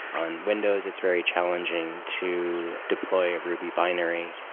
on windows, it's very challenging to deploy a ruby binary.